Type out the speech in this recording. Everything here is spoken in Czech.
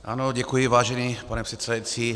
Ano, děkuji vážený pane předsedající.